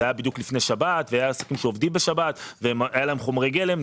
זה היה בדיוק לפני שבת והיה סיכום שעובדים בשבת והיו להם חומרי גלם,